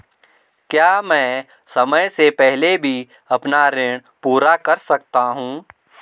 क्या मैं समय से पहले भी अपना ऋण पूरा कर सकता हूँ?